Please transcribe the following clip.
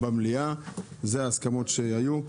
אלה ההסכמות שהיו.